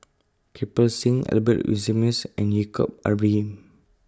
Kirpal Singh Albert Winsemius and Yaacob Ibrahim